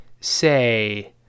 say